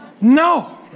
No